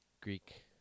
Greek